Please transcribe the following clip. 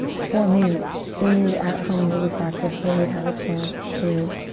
for me in the at-home yoga practice where we have a chance to